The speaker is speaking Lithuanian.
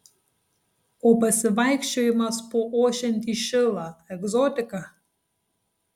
o pasivaikščiojimas po ošiantį šilą egzotika